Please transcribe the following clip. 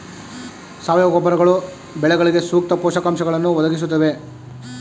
ಸಾವಯವ ಗೊಬ್ಬರಗಳು ಬೆಳೆಗಳಿಗೆ ಸೂಕ್ತ ಪೋಷಕಾಂಶಗಳನ್ನು ಒದಗಿಸುತ್ತವೆಯೇ?